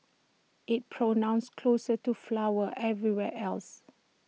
it's pronounced closer to flower everywhere else